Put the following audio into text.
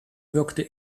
wirkte